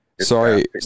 Sorry